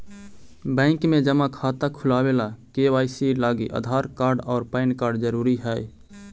bank में जमा खाता खुलावे ला के.वाइ.सी लागी आधार कार्ड और पैन कार्ड ज़रूरी हई